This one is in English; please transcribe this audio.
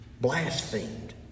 blasphemed